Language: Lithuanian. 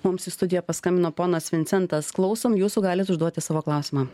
mums į studiją paskambino ponas vincentas klausom jūsų galit užduoti savo klausimą